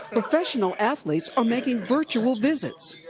professional athletes are making virtual visits